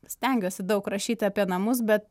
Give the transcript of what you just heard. stengiuosi daug rašyti apie namus bet